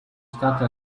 state